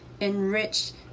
enriched